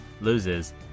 loses